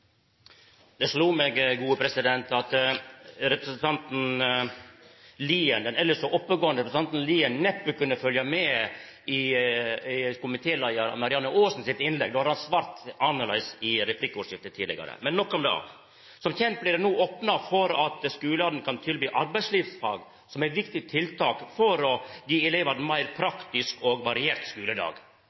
Det slo meg at den elles så oppegåande representanten Lien neppe kunna ha følgt med i komitéleiar Marianne Aasen sitt innlegg, for då hadde han svart annleis i replikkordskiftet tidlegare, men nok om det. Som kjent blir det no opna for at skulane kan tilby arbeidslivsfag som eit viktig tiltak for å gje elevane ein meir praktisk og variert